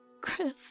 Griff